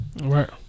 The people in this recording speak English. Right